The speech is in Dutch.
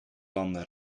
landen